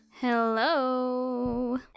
Hello